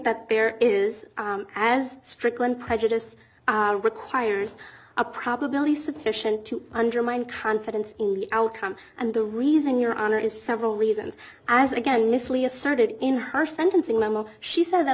that there is as strickland prejudice requires a probability sufficient to undermine confidence in the outcome and the reason your honor is several reasons as again knisley asserted in her sentencing memo she said that